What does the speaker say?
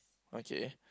okay